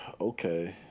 okay